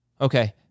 Okay